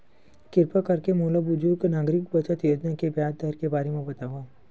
किरपा करके मोला बुजुर्ग नागरिक बचत योजना के ब्याज दर के बारे मा बतावव